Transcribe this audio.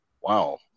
wow